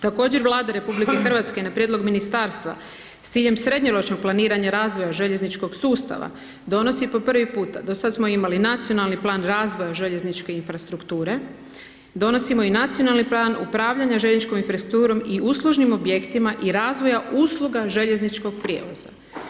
Također Vlada RH na prijedlog ministarstva s ciljem srednjoročnog planiranja razvoja željezničkog sustava donosi po prvi puta, do sad smo imali Nacionalni plan razvoja željezničke infrastrukture, donosimo i Nacionalni plan upravljanja željezničkom infrastrukturom i uslužnim objektima i razvoja usluga željezničkog prijevoza.